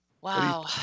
Wow